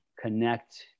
connect